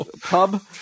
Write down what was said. pub